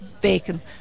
bacon